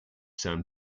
san